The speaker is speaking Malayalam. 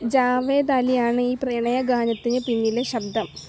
ജാവേദ് അലിയാണ് ഈ പ്രണയഗാനത്തിന് പിന്നിലെ ശബ്ദം